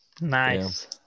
Nice